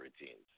routines